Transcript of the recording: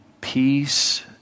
Peace